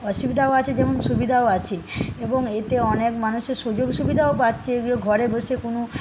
অসুবিধাও আছে যেমন সুবিধাও আছে এবং এতে অনেক মানুষের সুযোগ সুবিধাও পাচ্ছে ঘরে বসে কোনো